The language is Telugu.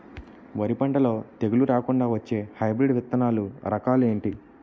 వరి పంటలో తెగుళ్లు రాకుండ వచ్చే హైబ్రిడ్ విత్తనాలు రకాలు ఏంటి?